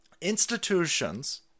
institutions